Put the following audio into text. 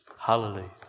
Hallelujah